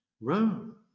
Rome